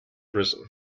risen